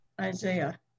Isaiah